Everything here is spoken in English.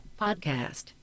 Podcast